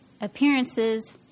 appearances